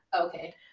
Okay